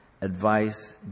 advice